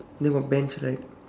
then got bench right